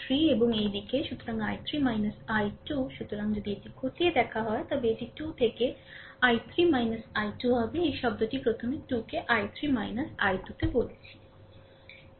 সুতরাং I3 এবং এই দিকে সুতরাং I3 I2 সুতরাং যদি এটি খতিয়ে দেখা হয় তবে এটি 2 থেকে I3 I2 হবে এই শব্দটি প্রথম 2 কে I3 I2 তে বলছি